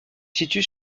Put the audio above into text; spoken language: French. situe